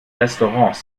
restaurants